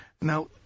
Now